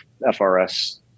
FRS